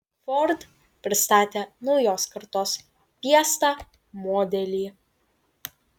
ford pristatė naujos kartos fiesta modelį